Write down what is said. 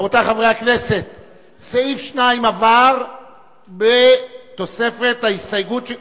רבותי חברי הכנסת, סעיף 2 עבר בתוספת ההסתייגות,